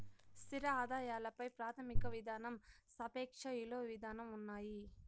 స్థిర ఆదాయాల పై ప్రాథమిక విధానం సాపేక్ష ఇలువ విధానం ఉన్నాయి